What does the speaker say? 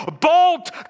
bolt